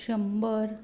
शंबर